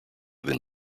than